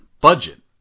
budget